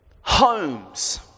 Homes